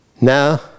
Now